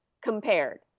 compared